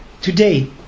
today